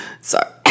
sorry